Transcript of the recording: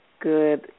good